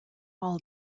all